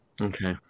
Okay